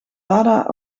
lada